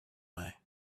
way